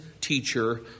teacher